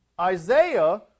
Isaiah